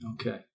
Okay